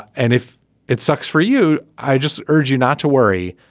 and if it sucks for you i just urge you not to worry.